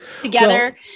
together